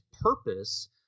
purpose